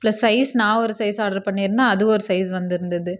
plus size நான் ஒரு size order பண்ணியிருந்தேன் அது ஒரு சைஸ் வந்துருந்தது